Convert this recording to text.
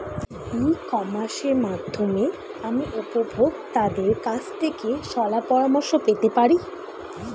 ই কমার্সের মাধ্যমে আমি উপভোগতাদের কাছ থেকে শলাপরামর্শ পেতে পারি?